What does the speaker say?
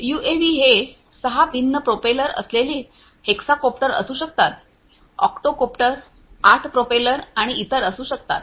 UAV हे 6 भिन्न propeller असलेले हेक्साकोप्टर असू शकतात ऑक्टोकॉप्टर 8 प्रोपेलर आणि इतर असू शकतात